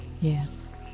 Yes